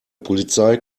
polizei